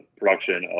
production